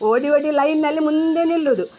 ಓಡಿ ಓಡಿ ಲೈನ್ನಲ್ಲಿ ಮುಂದೆ ನಿಲ್ಲೋದು